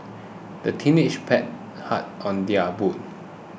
the teenagers paddled hard on their boat